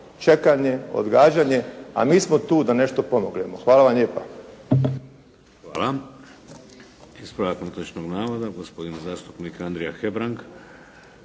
čekanje, odgađanje. A mi smo tu da nešto pomognemo. Hvala vam lijepa. **Šeks, Vladimir (HDZ)** Hvala. Ispravak netočnog navoda gospodin zastupnik Andrija Hebrang.